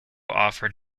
offer